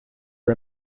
are